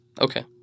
Okay